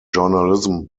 journalism